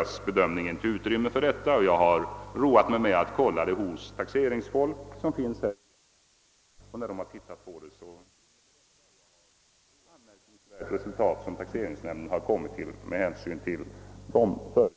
att det inte finns utrymme för att göra något extra avdrag. Jag har roat mig med att kolla den uppgiften hos taxeringssakkunniga här i riksdagen, och de har förklarat att det resultat som taxeringsnämnden kommit till inte är något anmärkningsvärt med hänsyn till de föreskrifter som gäller.